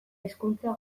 hizkuntza